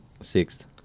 Sixth